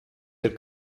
der